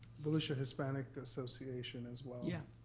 volusia hispanic association as well. yeah.